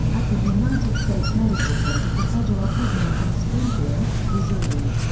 at the united states medical center for federal prisoners in springfield, missouri.